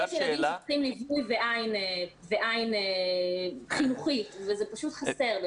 יש ילדים שצריכים ליווי ועין חינוכית וזה פשוט חסר.